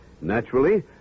Naturally